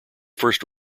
first